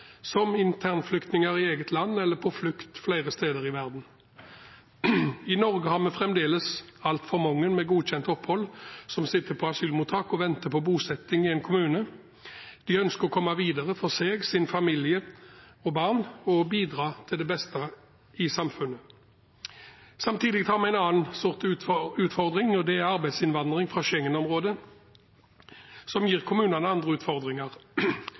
som internflyktninger i eget land eller på flukt flere steder i verden. I Norge har vi fremdeles altfor mange med godkjent opphold, som sitter på asylmottak og venter på bosetting i en kommune. De ønsker å komme videre for sin egen, sin families og sine barns del og bidra til beste for samfunnet. Samtidig har vi en annen type utfordring, og det er arbeidsinnvandring fra Schengen-området, som gir kommunene andre utfordringer.